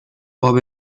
باب